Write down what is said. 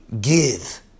give